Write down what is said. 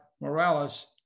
Morales